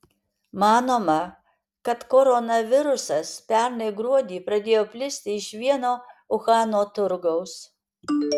manoma kad koronavirusas pernai gruodį pradėjo plisti iš vieno uhano turgaus